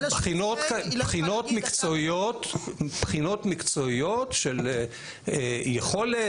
בחינות מקצועיות של יכולת,